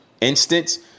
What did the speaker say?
instance